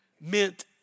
meant